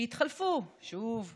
שהתחלפו שוב ושוב,